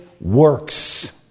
works